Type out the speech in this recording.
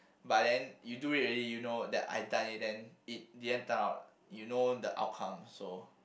but then you do it already you know that I done it then in the end turn out you know the outcome so